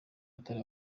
atari